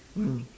mm